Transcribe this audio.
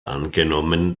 angenommen